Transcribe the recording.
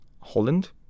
Holland